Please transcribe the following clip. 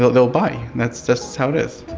they'll they'll buy, that's that's how it is.